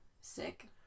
Sick